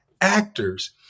actors